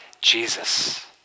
Jesus